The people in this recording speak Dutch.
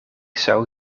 zou